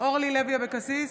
אורלי לוי אבקסיס,